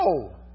No